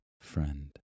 friend